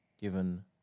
given